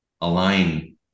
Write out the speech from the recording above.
align